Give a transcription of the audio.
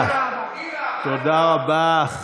תודה רבה.